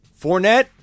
Fournette